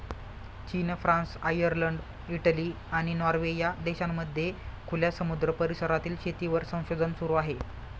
चीन, France, Ireland, Italy, आणि Norway या देशांमध्ये खुल्या समुद्र परिसरातील शेतीवर संशोधन सुरू आहे